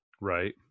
Right